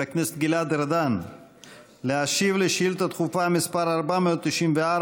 הכנסת גלעד ארדן להשיב על שאילתה דחופה מס' 494,